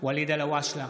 ואליד אלהואשלה,